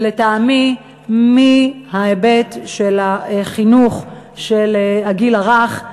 שלטעמי מההיבט של החינוך של הגיל הרך,